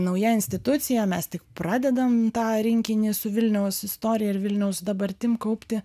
nauja institucija mes tik pradedam tą rinkinį su vilniaus istorija ir vilniaus dabartim kaupti